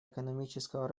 экономического